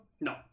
No